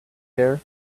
care